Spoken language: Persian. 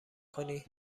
کنی